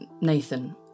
Nathan